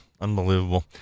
unbelievable